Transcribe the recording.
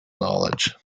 knowledge